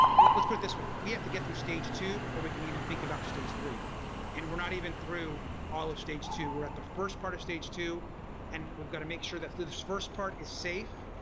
like let's put it this way we have to get through stage two before we can even think about stage two and we're not even through all of stage two. we're at the first part of stage two and we've got to make sure that through this first part is safe,